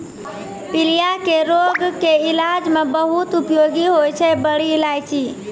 पीलिया के रोग के इलाज मॅ बहुत उपयोगी होय छै बड़ी इलायची